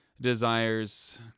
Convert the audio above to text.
desires